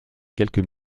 quelques